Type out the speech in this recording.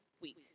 week